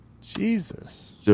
Jesus